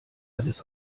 alles